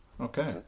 Okay